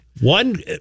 One